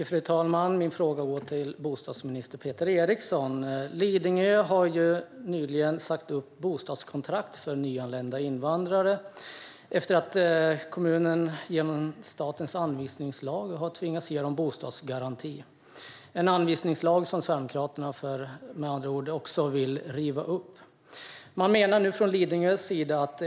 Fru talman! Min fråga går till bostadsminister Peter Eriksson. Lidingö har nyligen sagt upp bostadskontrakt för nyanlända invandrare efter att kommunen genom statens anvisningslag har tvingats ge dem bostadsgaranti - en anvisningslag som Sverigedemokraterna också vill riva upp.